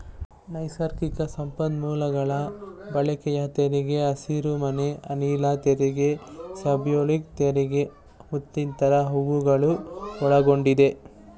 ನೈಸರ್ಗಿಕ ಸಂಪನ್ಮೂಲಗಳ ಬಳಕೆಯ ತೆರಿಗೆ, ಹಸಿರುಮನೆ ಅನಿಲ ತೆರಿಗೆ, ಸಲ್ಫ್ಯೂರಿಕ್ ತೆರಿಗೆ ಮತ್ತಿತರ ಹೂಗಳನ್ನು ಒಳಗೊಂಡಿದೆ